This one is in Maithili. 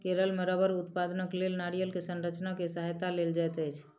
केरल मे रबड़ उत्पादनक लेल नारियल के संरचना के सहायता लेल जाइत अछि